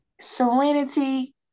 Serenity